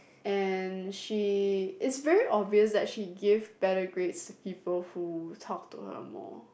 and she is very obvious that she give better grades to people who talk to her more